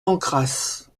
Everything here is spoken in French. pancrace